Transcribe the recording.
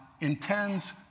intends